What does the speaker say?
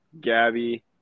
Gabby